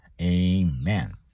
Amen